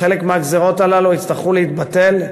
חלק מהגזירות האלה יצטרכו להתבטל,